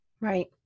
Right